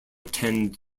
tend